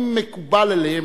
אם מקובל עליהם,